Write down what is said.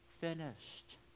finished